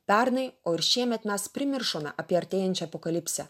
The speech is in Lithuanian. pernai o ir šiemet mes primiršome apie artėjančią apokalipsę